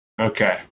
Okay